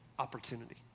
Opportunity